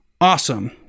awesome